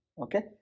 Okay